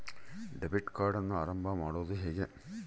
Debit ಕಾರ್ಡನ್ನು ಆರಂಭ ಮಾಡೋದು ಹೇಗೆ?